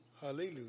Hallelujah